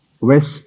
West